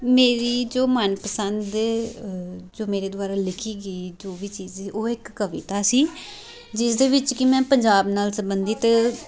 ਮੇਰੀ ਜੋ ਮਨਪਸੰਦ ਜੋ ਮੇਰੇ ਦੁਆਰਾ ਲਿਖੀ ਗਈ ਜੋ ਵੀ ਚੀਜ਼ ਸੀ ਉਹ ਇੱਕ ਕਵਿਤਾ ਸੀ ਜਿਸ ਦੇ ਵਿੱਚ ਕਿ ਮੈਂ ਪੰਜਾਬ ਨਾਲ ਸਬੰਧਿਤ